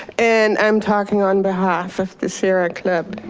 and i'm talking on behalf of the sierra club.